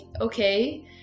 okay